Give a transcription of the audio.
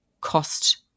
cost